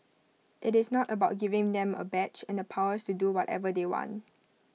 IT is not about giving them A badge and the powers to do whatever they want